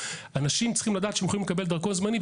אנשים צריכים לדעת שהם יכולים לקבל דרכון זמני,